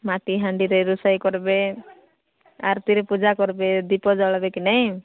ମାଟି ହାଣ୍ଡିରେ ରୋଷେଇ କରିବେ ଆରତୀରେ ପୂଜା କରିବେ ଦୀପ ଜାଳିବେ କି ନାହିଁ